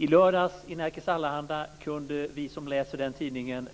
I lördags kunde vi som läser Nerikes Allehanda